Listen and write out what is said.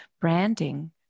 branding